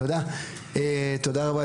תודה רבה,